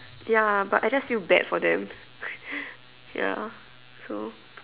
ya but I just feel bad for them ya so